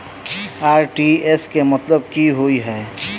RTGS केँ मतलब की होइ हय?